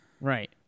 Right